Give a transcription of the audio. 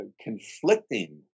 Conflicting